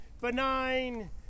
benign